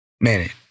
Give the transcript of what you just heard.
man